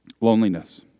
Loneliness